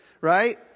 right